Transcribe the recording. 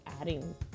adding